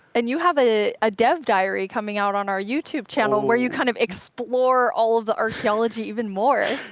and you have a ah dev diary coming out on our youtube channel where you kind of explore all of the archaeology even more.